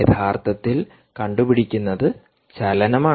യഥാർത്ഥത്തിൽ കണ്ടുപിടിക്കുന്നത് ചലനമാണ്